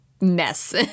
mess